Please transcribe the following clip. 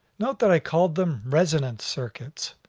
note that i called them resonant circuits.